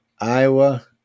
Iowa